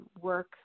work